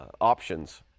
options